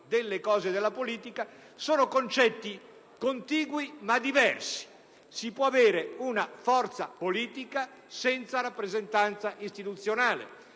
colleghi e le colleghe, sono concetti contigui ma diversi. Si può avere una forza politica senza rappresentanza istituzionale